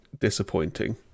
disappointing